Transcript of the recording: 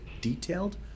detailed